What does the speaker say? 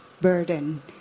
burden